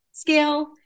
scale